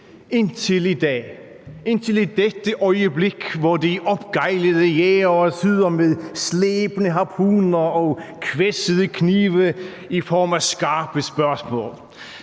indtil i dag – indtil dette øjeblik, hvor de opgejlede jægere sidder med slebne harpuner og hvæssede knive i form af skarpe spørgsmål.